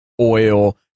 oil